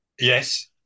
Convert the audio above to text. Yes